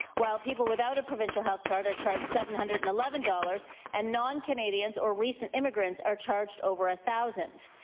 while people without a provincial health card are charged seven hundred and eleven dollars and non-canadians or recent immigrants are charged over a thousand.